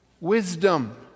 Wisdom